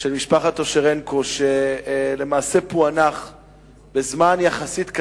של משפחת אושרנקו, שלמעשה נעשה בזמן יחסית קצר,